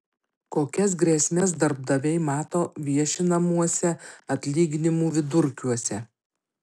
kokias grėsmes darbdaviai mato viešinamuose atlyginimų vidurkiuose